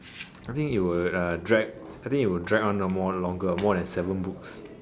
I think it would drag it would drag longer more than seven books